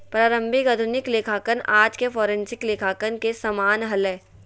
प्रारंभिक आधुनिक लेखांकन आज के फोरेंसिक लेखांकन के समान हलय